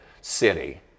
city